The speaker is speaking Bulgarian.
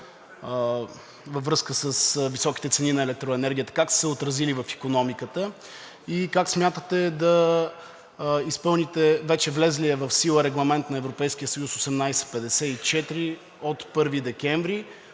във връзка с високите цени на електроенергията как са се отразили в икономиката? Как смятате да изпълните вече влезлия в сила Регламент ЕС/1854 от 1 декември.